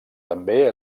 també